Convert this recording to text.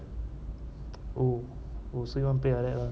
oh oh so you wanna play like that lah